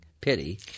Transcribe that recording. pity